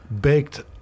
baked